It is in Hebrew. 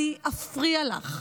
אני אפריע לך,